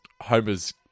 Homer's